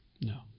No